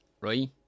right